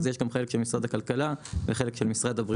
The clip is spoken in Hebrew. יש גם חלק של משרד הכלכלה וחלק של משרד הבריאות.